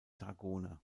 dragoner